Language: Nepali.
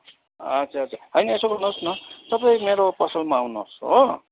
अच्छा अच्छा होइन यसो गर्नु होस् न तपाईँ मेरो पसलमा आउनु होस् हो